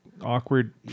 awkward